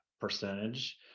percentage